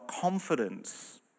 confidence